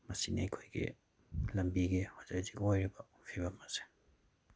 ꯁꯤꯅꯤ ꯑꯩꯈꯣꯏꯒꯤ ꯂꯝꯕꯤꯒꯤ ꯍꯧꯖꯤꯛ ꯍꯧꯖꯤꯛ ꯑꯣꯏꯔꯤꯕ ꯐꯤꯚꯝ ꯑꯁꯦ